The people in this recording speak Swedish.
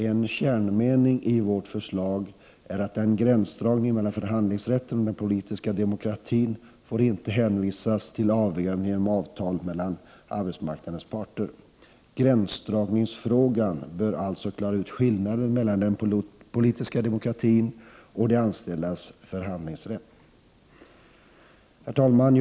En kärnmening i vårt förslag är att gränsdragningen mellan förhandlingsrätten och den politiska demokratin inte får hänvisas till avgörande genom avtal mellan arbetsmarknadens parter. Gränsdragningen bör alltså klara ut skillnaden mellan den politiska demokratin och de anställdas förhandlingsrätt. Herr talman!